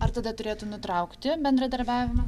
ar tada turėtų nutraukti bendradarbiavimą